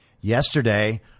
yesterday